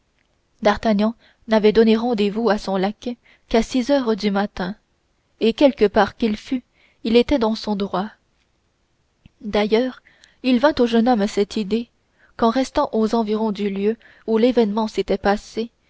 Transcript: d'artagnan n'avait donné rendez-vous à son laquais qu'à six heures du matin et quelque part qu'il fût il était dans son droit d'ailleurs il vint au jeune homme cette idée qu'en restant aux environs du lieu où l'événement s'était passé